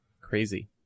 Crazy